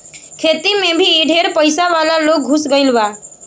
खेती मे भी ढेर पइसा वाला लोग घुस गईल बा